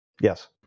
Yes